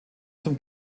zum